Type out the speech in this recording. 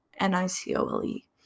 n-i-c-o-l-e